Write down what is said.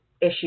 issue